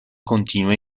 continue